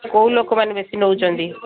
କେଉଁ ଲୋକମାନେ ବେଶୀ ନେଉଛନ୍ତି